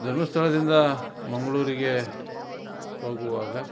ಧರ್ಮಸ್ಥಳದಿಂದ ಮಂಗಳೂರಿಗೆ ಹೋಗುವಾಗ